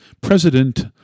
president